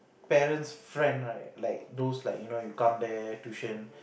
parents' friend right like those like you know you come there tuition